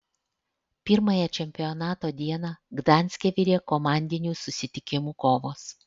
pirmąją čempionato dieną gdanske virė komandinių susitikimų kovos